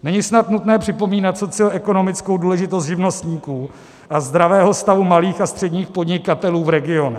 Není snad nutné připomínat socioekonomickou důležitost živnostníků a zdravého stavu malých a středních podnikatelů v regionu.